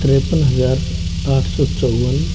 तिरेपन हज़ार आठ सौ चौवन